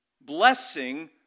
blessing